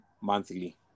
monthly